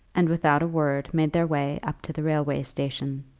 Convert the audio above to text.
and without a word made their way up to the railway-station.